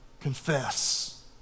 Confess